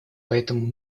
поэтому